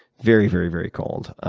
very, very, very cold,